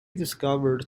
discovered